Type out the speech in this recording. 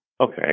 Okay